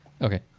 Okay